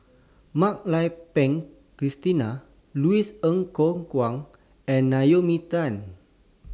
Mak Lai Peng Christine Louis Ng Kok Kwang and Naomi Tan